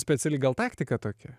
speciali gal taktika tokia